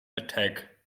attack